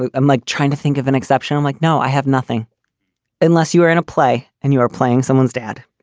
ah i'm like trying to think of an exception. i'm like, no, i have nothing unless you are in a play and you are playing someone's dad